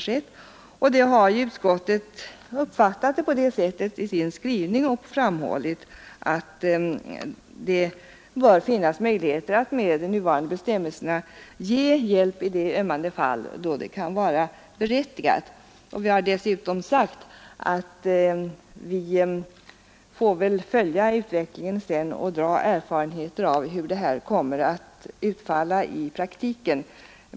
Utskottsmajoriteten har uppfattat det hela på det sättet och i sin skrivning framhållit att det bör finnas möjligheter, med nuvarande bestämmelser, att ge hjälp i de ömmande fall där det kan vara berättigat. Vi har dessutom anfört att vi får följa utvecklingen och vinna erfarenheter av hur lagstiftningen kommer att utfalla i praktiken.